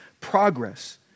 progress